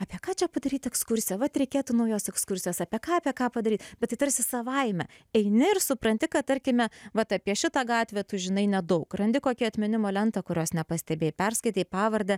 apie ką čia padaryt ekskursiją vat reikėtų naujos ekskursijos apie ką apie ką padaryt bet tai tarsi savaime eini ir supranti kad tarkime vat apie šitą gatvę tu žinai nedaug randi kokią atminimo lentą kurios nepastebėjai perskaitei pavardę